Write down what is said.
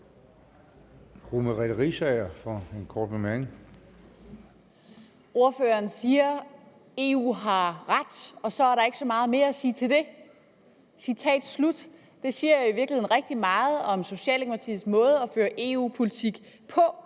Merete Riisager (LA): Ordføreren siger: EU har ret, og så er der ikke så meget mere at sige til det. Citat slut. Det siger i virkeligheden rigtig meget om Socialdemokratiets måde at føre EU-politik på.